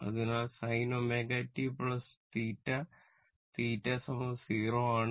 അതിനാൽ sin ω t θ θ 0ആണ്